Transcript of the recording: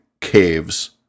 caves